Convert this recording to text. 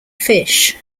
fish